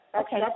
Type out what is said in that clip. Okay